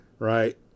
Right